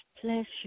pleasure